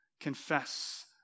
Confess